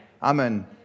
Amen